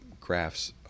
graphs